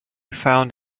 found